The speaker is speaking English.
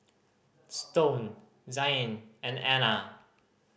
Stone Zain and Anna